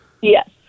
Yes